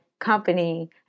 company